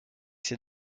ses